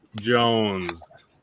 Jones